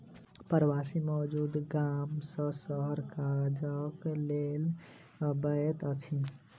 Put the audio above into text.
प्रवासी मजदूर गाम सॅ शहर काजक लेल अबैत अछि